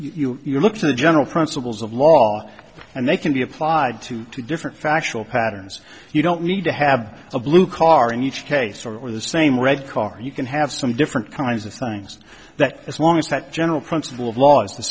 that you look to the general principles of law and they can be applied to two different factual patterns you don't need to have a blue car in each case or the same red car you can have some different kinds of things that as long as that general principle of law